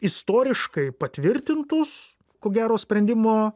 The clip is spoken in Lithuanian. istoriškai patvirtintus ko gero sprendimo